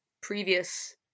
previous